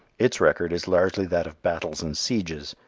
its record is largely that of battles and sieges,